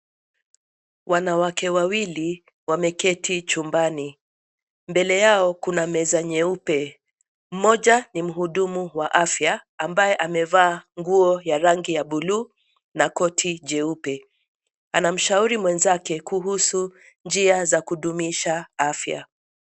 Wanawake wawili wameketi chumbani. Mbele yao kuna meza nyeupe mmoja ni mhudumu wa afya ambaye amevaa nguo ya rangi ya bluu na koti jeupe. A namshauri mwenzake kuhusu njia za kudumisha afya